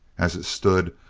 as it stood,